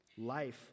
Life